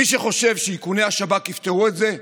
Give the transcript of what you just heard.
מי שחושב שאיכוני השב"כ יפתרו את זה,